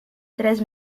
tres